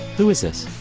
who is this?